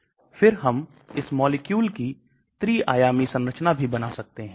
इसलिए ना केवल इसे thermodynamically रूप से घुलनशील होना पड़ता है बल्कि इसे काफी तेज भी करना पड़ता है